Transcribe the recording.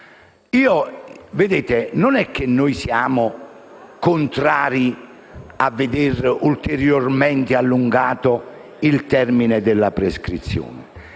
Noi non siamo contrari a vedere ulteriormente allungato il termine della prescrizione;